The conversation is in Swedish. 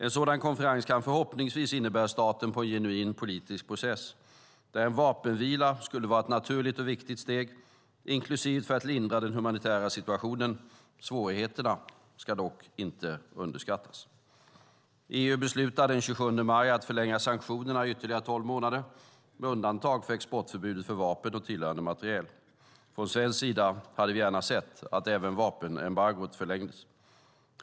En sådan konferens kan förhoppningsvis innebära starten på en genuin politisk process, där en vapenvila skulle vara ett naturligt och viktigt steg och lindra den humanitära situationen. Svårigheterna ska dock inte underskattas. EU beslutade den 27 maj att förlänga sanktionerna i ytterligare tolv månader med undantag för exportförbudet för vapen och tillhörande materiel. Från svensk sida hade vi gärna sett att även vapenembargot förlängdes.